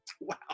Wow